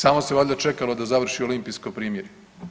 Samo se valjda čekalo da završi olimpijsko primirje.